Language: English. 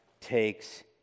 takes